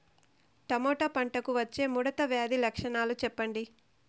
Tomato పంటకు వచ్చే ముడత వ్యాధి లక్షణాలు చెప్పండి?